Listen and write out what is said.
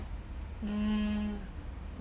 mm